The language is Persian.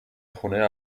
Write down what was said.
خونه